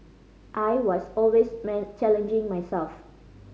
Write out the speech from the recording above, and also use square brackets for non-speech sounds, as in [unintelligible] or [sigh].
I was always [unintelligible] challenging myself